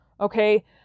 Okay